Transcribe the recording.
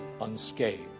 unscathed